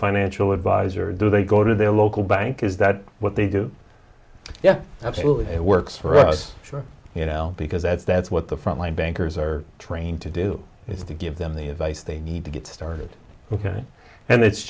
financial advisor or do they go to their local bank is that what they do yeah absolutely it works for us sure you know because that's what the frontline bankers are trained to do is to give them the advice they need to get started ok and it's